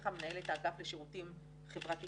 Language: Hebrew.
הבטיחה מנהלת האגף לשירותים חברתיים